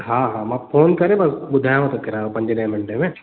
हा हा मां फ़ोन करे बसि ॿुधायांव थो किरायो पंजे ॾह मिंटे में